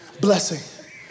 blessing